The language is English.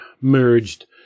merged